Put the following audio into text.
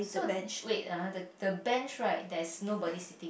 so wait ah the the bench right there is nobody sitting